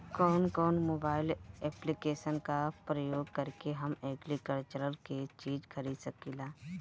कउन कउन mobile application का प्रयोग करके हम एग्रीकल्चर के चिज खरीद सकिला?